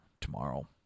tomorrow